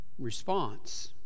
response